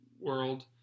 world